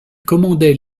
commandait